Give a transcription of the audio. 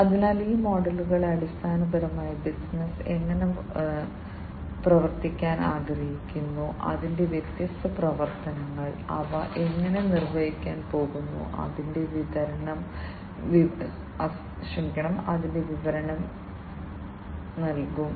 അതിനാൽ ഈ മോഡലുകൾ അടിസ്ഥാനപരമായി ബിസിനസ്സ് എങ്ങനെ പ്രവർത്തിക്കാൻ ആഗ്രഹിക്കുന്നു അതിന്റെ വ്യത്യസ്ത പ്രവർത്തനങ്ങൾ അവ എങ്ങനെ നിർവഹിക്കാൻ പോകുന്നു എന്നതിന്റെ വിവരണം നൽകും